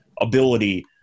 ability